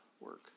work